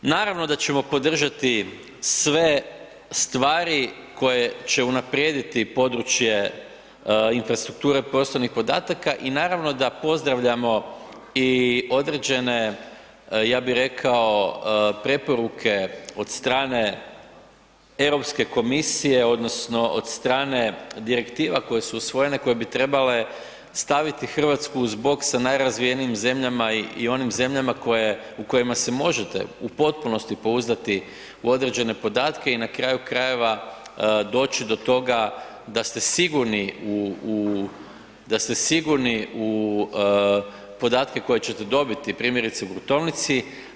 Naravno da ćemo podržati sve stvari koje će unaprijediti područje infrastrukture prostornih podataka i naravno da pozdravljamo i određene ja bih rekao preporuke od strane Europske komisije odnosno od strane direktiva koje su usvojene koje bi trebale staviti Hrvatsku uz bok sa najrazvijenijim zemljama i onim zemljama u kojima se možete u potpunosti pouzdati u određene podatke i na kraju krajeva doći do toga da ste sigurni u podatke koje ćete dobiti, primjerice u gruntovnici.